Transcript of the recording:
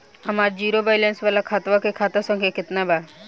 हमार zero balance वाला खतवा के खाता संख्या केतना बा?